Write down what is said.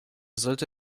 sollte